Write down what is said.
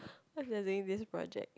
cause we are doing this project